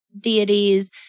deities